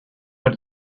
what